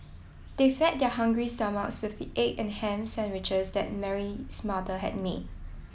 they fed their hungry stomachs with the egg and ham sandwiches that Mary's mother had made